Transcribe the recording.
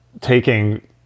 taking